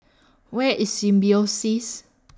Where IS Symbiosis